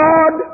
God